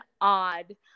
odd